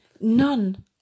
none